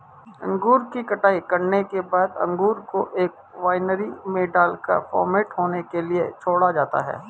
अंगूर की कटाई करने के बाद अंगूर को एक वायनरी में डालकर फर्मेंट होने के लिए छोड़ा जाता है